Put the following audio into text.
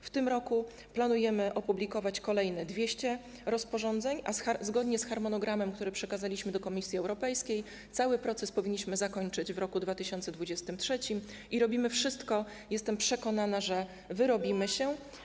W tym roku planujemy opublikować kolejne 200 rozporządzeń, a zgodnie z harmonogramem, który przekazaliśmy do Komisji Europejskiej, cały proces powinniśmy zakończyć w roku 2023 i robimy wszystko, jestem przekonana, że wyrobimy się.